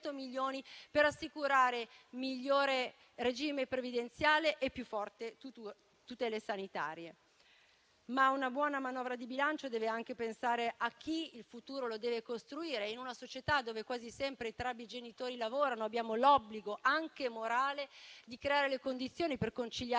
per assicurare un migliore regime previdenziale e tutele sanitarie più forti. Una buona manovra di bilancio deve anche pensare a chi il futuro lo deve costruire. In una società dove quasi sempre entrambi i genitori lavorano, abbiamo l'obbligo, anche morale, di creare le condizioni per conciliare